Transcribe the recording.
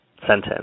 sentence